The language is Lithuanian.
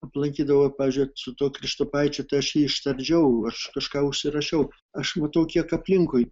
aplankydavom pavyzdžiui su tuo krikštopaičiu tai aš ištardžiau aš kažką užsirašiau aš matau kiek aplinkui